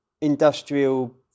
industrial